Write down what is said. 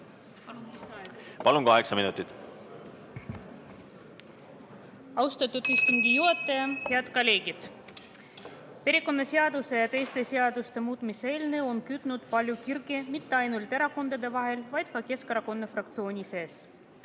palun! Kaheksa minutit.